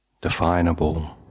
definable